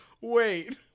Wait